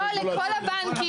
לא, לכל הבנקים.